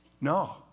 No